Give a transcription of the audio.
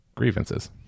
grievances